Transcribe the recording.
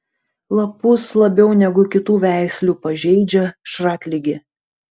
lapus labiau negu kitų veislių pažeidžia šratligė